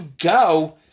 go